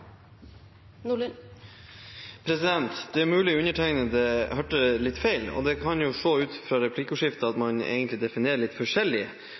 mulig undertegnede hørte litt feil, og det kan ut fra replikkordskiftet se ut som at man egentlig definerer litt forskjellig